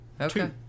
Okay